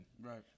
Right